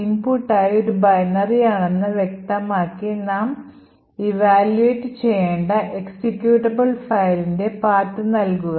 ഇൻപുട്ടായി ഒരു binay ആണെന്ന് വ്യക്തമാക്കി നാം evaluate ചെയ്യേണ്ട exeutable ഫയലിംൻറെ path നൽകുക